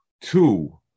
Two